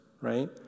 right